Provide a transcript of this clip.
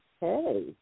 Hey